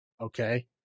Okay